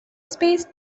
space